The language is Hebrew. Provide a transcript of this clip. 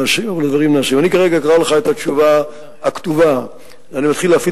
פשוט צריך לחזור על התשובה שהשבתי לחבר